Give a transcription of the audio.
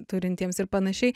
turintiems ir panašiai